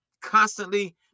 constantly